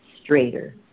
straighter